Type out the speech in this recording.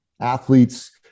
athletes